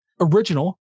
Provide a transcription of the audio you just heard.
original